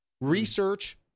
Research